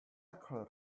could